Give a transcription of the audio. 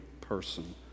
person